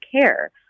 care